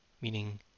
Meaning